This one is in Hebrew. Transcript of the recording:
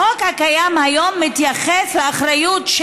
החוק הקיים היום מתייחס לאחריות,